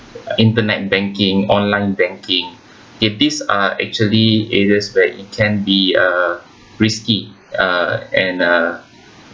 internet banking online banking if these are actually areas where it can be uh risky uh and uh